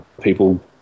people